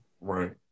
Right